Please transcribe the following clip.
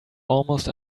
almost